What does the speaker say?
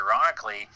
ironically